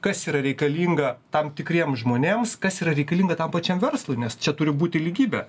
kas yra reikalinga tam tikriems žmonėms kas yra reikalinga tam pačiam verslui nes čia turi būti lygybė